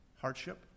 hardship